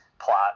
plot